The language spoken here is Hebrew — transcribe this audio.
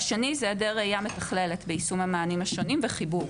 והשני זה היעדר ראיה מתכללת של סוגי המענים השונים וחיבור